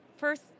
first